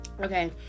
Okay